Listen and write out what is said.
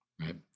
Right